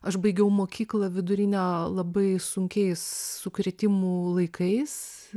aš baigiau mokyklą vidurinę labai sunkiais sukrėtimų laikais